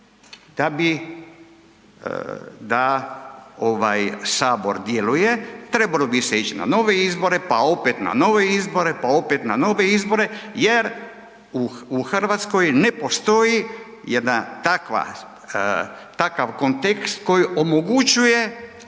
brojke, da Sabor djeluje, trebalo bi se ić na nove izbore, pa opet na nove izbore pa opet na nove izbore jer u Hrvatskoj ne postoji jedan takav kontekst koji omogućuje